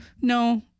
no